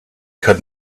could